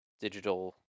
digital